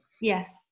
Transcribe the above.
Yes